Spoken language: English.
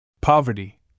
Poverty